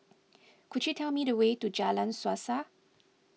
could you tell me the way to Jalan Suasa